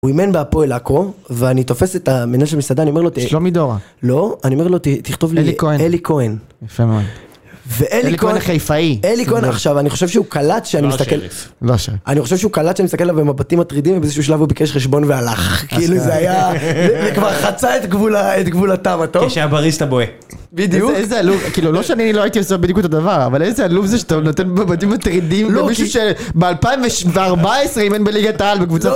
הוא אימן בהפועל עכו ואני תופס את המנהל של המסעדה, שלומי דורה, לא, אני אומר לו תכתוב לי, אלי כהן. אלי כהן. יפה מאוד. החיפאי ואלי כהן עכשיו אני חושב שהוא קלט שאני מסתכל אני חושב שהוא קלט שאני מסתכל עליו במבטים מטרידים ובאיזשהו שלב הוא ביקש חשבון והלך. כאילו זה היה כבר חצה את גבול הטעם הטוב. כשהיה בריסטה בוי. בדיוק. איזה עלוב. לא שאני לא הייתי עושה בדיוק את הדבר, אבל איזה עלוב זה שאתה נותן מבטים מטרידים במישהו שב 2014 אימן בליגת העל בקבוצת